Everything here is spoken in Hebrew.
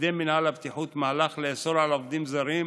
קידם מינהל הבטיחות מהלך לאסור על עובדים זרים,